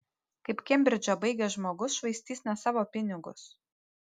kaip kembridžą baigęs žmogus švaistys ne savo pinigus